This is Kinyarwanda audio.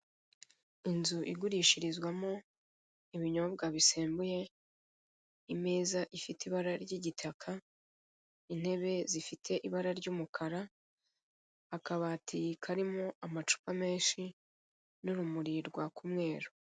Inzu igurishirizwa mo, ibinyobwa bisembuye, imeza ifite ibara ry'igitaka, intebe zifite ibara ry'umukara, akabati karimo amacupa menshi n'urumuri rwaka umweru.